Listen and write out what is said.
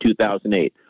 2008